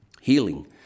Healing